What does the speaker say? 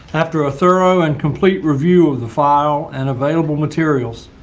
after a thorough and complete review of the file and available materials,